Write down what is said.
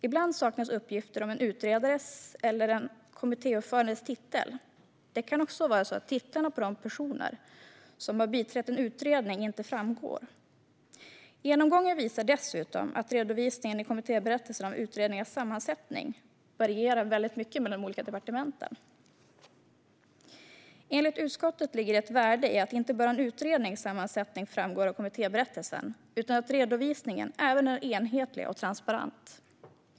Ibland saknas uppgifter om en utredares eller en kommittéordförandes titel. Det kan också vara så att titlarna på de personer som har biträtt en utredning inte framgår. Genomgången visar dessutom att redovisningen i kommittéberättelsen om utredningars sammansättning varierar väldigt mycket mellan de olika departementen. Enligt utskottet ligger det ett värde i att inte bara en utrednings sammansättning framgår av kommittéberättelsen utan även att redovisningen är enhetlig och transparent.